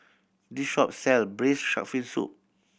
this shop sell Braised Shark Fin Soup